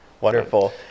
wonderful